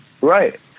Right